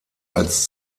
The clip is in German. als